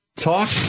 talk